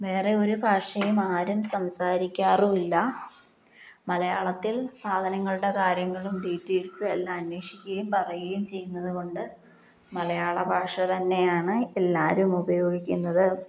വേറെ ഒരു ഭാഷയും ആരും സംസാരിക്കാറുമില്ല മലയാളത്തിൽ സാധനങ്ങളുടെ കാര്യങ്ങളും ഡീറ്റെയിൽസും എല്ലാം അന്വേഷിക്കുകയും പറയുകയും ചെയ്യുന്നതു കൊണ്ട് മലയാള ഭാഷ തന്നെയാണ് എല്ലാവരും ഉപയോഗിക്കുന്നത്